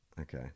Okay